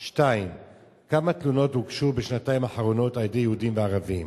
2. כמה תלונות הוגשו בשנתיים האחרונות על-ידי יהודים וערבים?